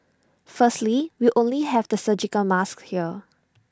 firstly we only have the surgical masks here